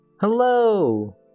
Hello